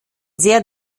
sehr